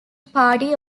party